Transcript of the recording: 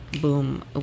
boom